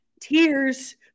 tears